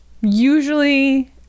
usually